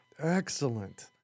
Excellent